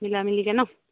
মিলামিলিকৈ ন